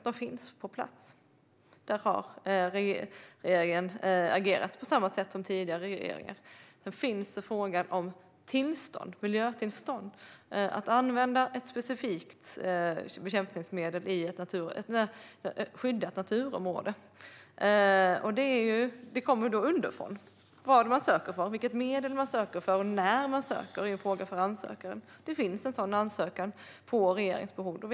De finns på plats. Där har regeringen agerat på samma sätt som tidigare regeringar. Sedan har vi frågan om miljötillstånd för att få använda ett specifikt bekämpningsmedel i ett skyddat naturområde. Det kommer underifrån. Vad man söker för, vilket medel man söker för och när man söker är en fråga för ansökaren, men det finns en sådan ansökan på regeringens bord.